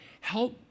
Help